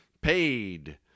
Paid